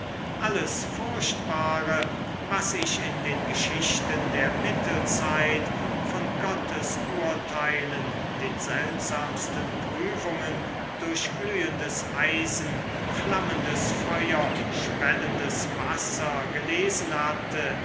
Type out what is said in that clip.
alles furchtbare was ich in den geschichten der mittelzeit von gottesurteilen den seltsamsten prüfungen durch glühendes eisen flammendes feuer schwellendes wasser gelesen hatte